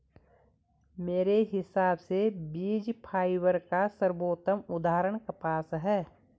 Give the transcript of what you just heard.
मेरे हिसाब से बीज फाइबर का सर्वोत्तम उदाहरण कपास है